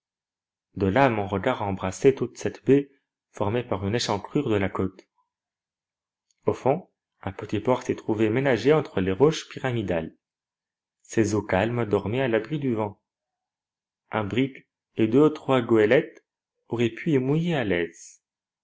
de là mon regard embrassait toute cette baie formée par une échancrure de la côte au fond un petit port s'y trouvait ménagé entre les roches pyramidales ses eaux calmes dormaient à l'abri du vent un brick et deux ou trois goélettes auraient pu y mouiller à l'aise